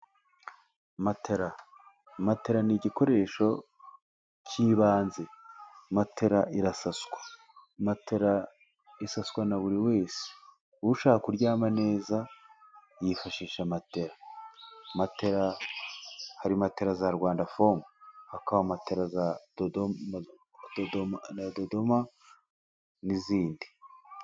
Matera, matera ni igikoresho cy'ibanze. Matera irasaswa, matera isaswa na buri wese. Ushaka kuryama neza, yifashisha matera. Hari matera za Rwanda form, hakaba matera za dodoma n'izindi.